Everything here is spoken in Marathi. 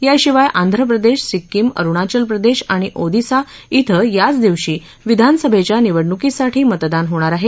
याशिवाय आंध्र प्रदेश सिक्किम अरुणाचल प्रदेश आणि ओदिसा बें याचदिवशी विधानसभेच्या निवडणुकीसाठी मतदान होणार आहे